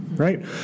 Right